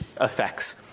effects